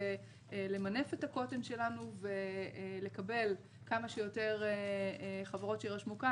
למנף את הקוטן שלנו ולקבל כמה שיותר חברות שיירשמו כאן.